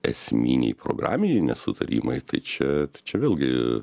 esminiai programiniai nesutarimai tai čia čia vėlgi